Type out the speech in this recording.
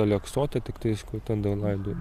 aleksote tiktais kur ten dar laidoja